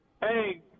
Hey